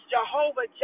Jehovah